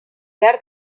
behar